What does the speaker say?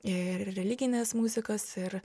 ir religinės muzikos ir